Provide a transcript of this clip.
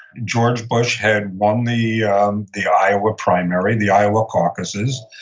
george bush had won the yeah um the iowa primary, the iowa caucuses,